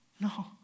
No